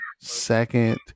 second